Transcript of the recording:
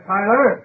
Tyler